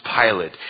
Pilate